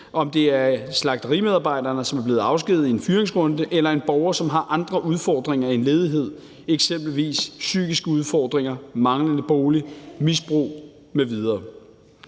om det er slagterimedarbejderen, der er blevet afskediget i en fyringsrunde, eller en borger, som har andre udfordringer end ledighed, eksempelvis psykiske udfordringer, manglende bolig, misbrug m.v.